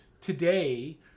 today